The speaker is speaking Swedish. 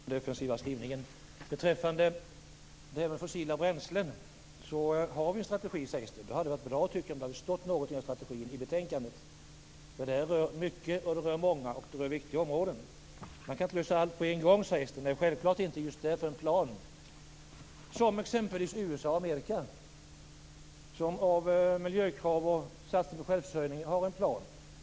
Herr talman! Jag konstaterar ändå den defensiva skrivningen. Beträffande frågan om fossila bränslen sägs det att vi har en strategi. Det hade varit bra om det stått något om strategin i betänkandet. Det rör mycket, det rör många, och det rör viktiga områden. Statsrådet säger att man inte kan lösa allting på en gång. Självklart inte. Det är just därför det behövs en plan som i exempelvis USA, där man har en plan för miljökrav och satsning på självförsörjning.